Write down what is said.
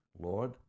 Lord